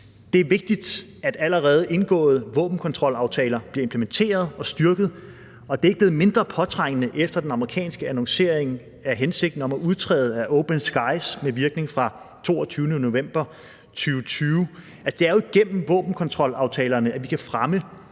Det er vigtigt, at allerede indgåede våbenkontrolaftaler bliver implementeret og styrket, og det er ikke blevet mindre påtrængende efter den amerikanske annoncering af hensigten om at udtræde af Open Skies med virkning fra den 22. november 2020. Det er jo igennem våbenkontrolaftalerne, at vi kan fremme